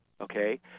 Okay